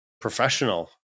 professional